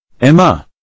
Emma